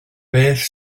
beth